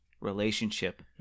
relationship